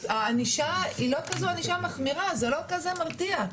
הענישה היא לא כזו ענישה מחמירה, זה לא כזה מרתיע.